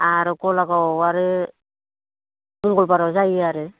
आरो गालागावआव आरो मंगलाबाराव जायो आरो